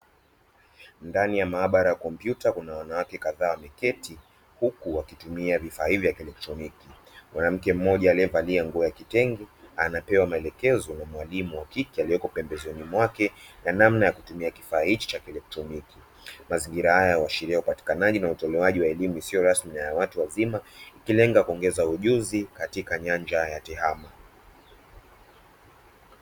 Ndani ya maabara ya kompyuta kuna wanawake kadhaa wameketi, huku wakitumia vifaa hivi vya kielektroniki mwanamke mmoja aliyevalia nguo ya kitenge anapewa maelekezo na mwalimu wa kike aliye pembezoni mwake na namna yakukitumia kifaa hichi cha kielektroniki, mazingira hayo yanaashiria upatikanaji na utolewaji wa elimu isiyo rasmi na ya watu wazima ikilenga kuongeza ujuzi katika nyanja ya tehama.